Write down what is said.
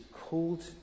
called